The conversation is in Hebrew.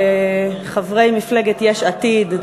חברי מפלגת יש עתיד,